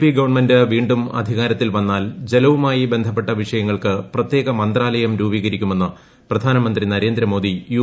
P government വീണ്ടും അധികാരത്തിൽ വന്നാൽ ജലവുമായി ബന്ധപ്പെട്ട വിഷയങ്ങൾക്ക് പ്രത്യേക മന്ത്രാലയം രൂപീകരിക്കുമെന്ന് പ്രധാനമന്ത്രി നരേന്ദ്രമോദി യു